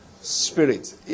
Spirit